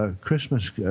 Christmas